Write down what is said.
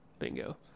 Bingo